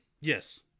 yes